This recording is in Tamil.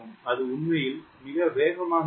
அது உண்மையில் மிக வேகமாக இருக்கும்